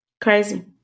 Crazy